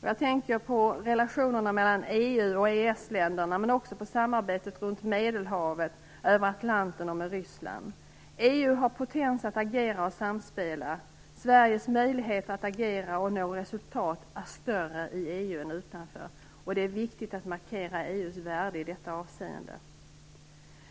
Jag tänker på relationerna mellan EU och EES-länderna, men också på samarbetet runt Medelhavet, över Atlanten och med Ryssland. EU har potens att agera och samspela. Sveriges möjligheter att agera och nå resultat är större i EU än utanför. Det är viktigt att markera EU:s värde i detta avseende.